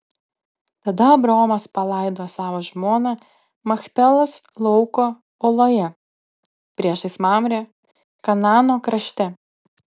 tada abraomas palaidojo savo žmoną machpelos lauko oloje priešais mamrę kanaano krašte